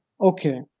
Okay